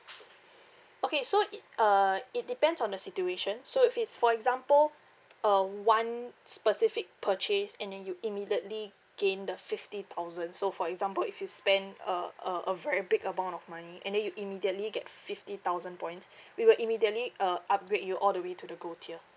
okay so it uh it depends on the situation so if it's for example uh one specific purchase and then you immediately gain the fifty thousand so for example if you spend a a a very big amount of money and then you immediately get fifty thousand points we will immediately uh upgrade you all the way to the gold tier